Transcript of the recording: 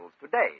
today